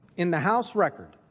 in the house record.